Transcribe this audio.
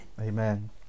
Amen